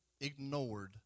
ignored